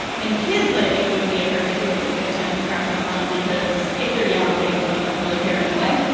and kids, i think it would be a particularly good time to practice on, because if they're young, they like don't really care anyway.